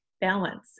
balance